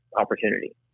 opportunity